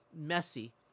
messy